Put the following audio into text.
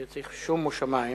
זה צריך להיות שומו שמים.